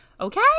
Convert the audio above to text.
Okay